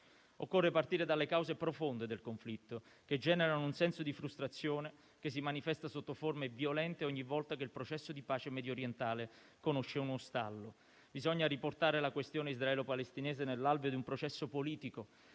Occorre partire dalle cause profonde del conflitto, che generano un senso di frustrazione che si manifesta sotto forme violente ogni volta che il processo di pace mediorientale conosce uno stallo. Bisogna riportare la questione israelo-palestinese nell'alveo di un processo politico,